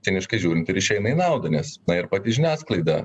ciniškai žiūrint ir išeina į naudą nes ir pati žiniasklaida